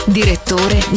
direttore